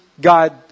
God